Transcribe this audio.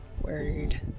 word